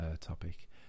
topic